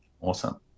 Awesome